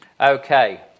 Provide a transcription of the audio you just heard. Okay